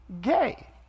gay